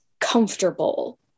comfortable